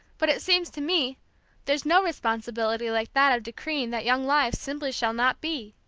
but it seems to me there's no responsibility like that of decreeing that young lives simply shall not be.